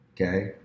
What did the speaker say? Okay